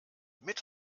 mit